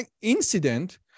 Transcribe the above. incident